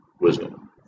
wisdom